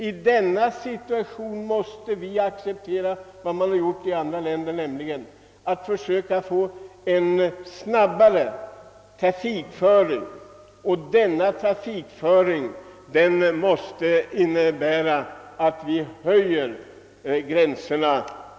I denna situation måste vi, som andra länder har gjort, acceptera en snabbare trafikföring, vilket måste innebära att vi höjer fartgränserna.